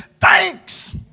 thanks